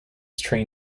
train